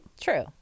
True